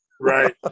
Right